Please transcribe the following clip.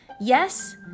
Yes